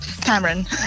Cameron